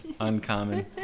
uncommon